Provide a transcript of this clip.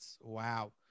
Wow